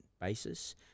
basis